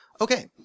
Okay